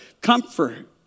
comfort